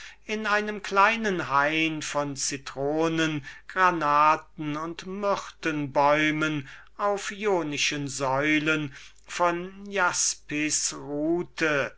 in einem kleinen hain von zitronengranaten und myrtenbäumen auf jonischen säulen von jaspis ruhte